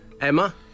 Emma